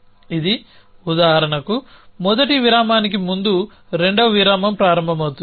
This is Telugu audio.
ఇది ఉదాహరణకు మొదటి విరామానికి ముందు రెండవ విరామం ప్రారంభమవుతుంది